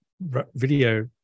video